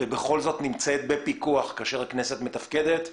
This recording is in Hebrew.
ובכל זאת נמצאת בפיקוח כאשר הכנסת מתפקדת,